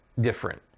different